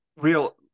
real